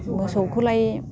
मोसौखौलाय